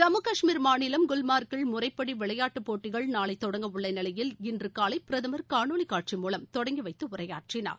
ஜம்மு கஷ்மீர் மாநிலம் குல்ணர்க்கில் முறைப்படி விளையாட்டுப் போட்டிகள் நாளை தொடங்க உள்ள நிலையில் இன்று காலை பிரதமர் காணொலி காட்சி மூலம் தொடங்கி வைத்து உரையாற்றினார்